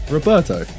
Roberto